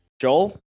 Joel